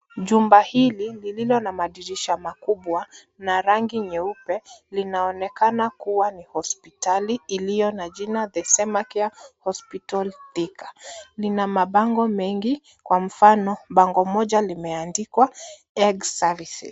Jumba hili lililo na madirisha makubwa na rangi nyeupe, linaonekana kuwa ni hospitali, iliyo na jina the semacare hospital thika. Lina mabango mengi, kwa mfano, bango moja limeandikwa egg services.